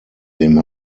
dem